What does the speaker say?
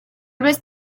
vez